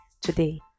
Today